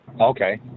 Okay